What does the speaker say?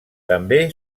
també